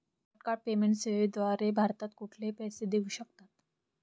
तत्काळ पेमेंट सेवेद्वारे भारतात कुठेही पैसे देऊ शकतात